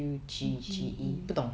G G E